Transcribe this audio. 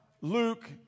Luke